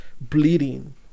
bleeding